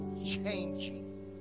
changing